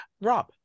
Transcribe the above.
Rob